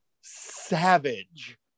Savage